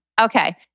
Okay